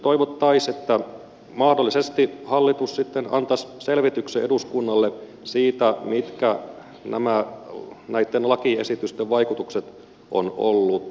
toivoisimme että mahdollisesti hallitus sitten antaisi selvityksen eduskunnalle siitä mitkä näitten lakiesitysten vaikutukset ovat olleet